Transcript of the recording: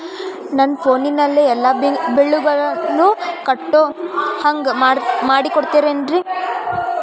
ನನ್ನ ಫೋನಿನಲ್ಲೇ ಎಲ್ಲಾ ಬಿಲ್ಲುಗಳನ್ನೂ ಕಟ್ಟೋ ಹಂಗ ಮಾಡಿಕೊಡ್ತೇರಾ?